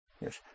Yes